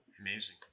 Amazing